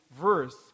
verse